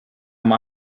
mal